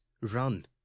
run